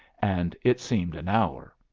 and it seemed an hour.